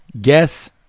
Guess